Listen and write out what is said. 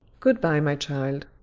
good-bye, my child.